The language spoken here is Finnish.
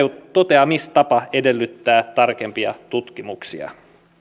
toteamistapa edellyttää tarkempia tutkimuksia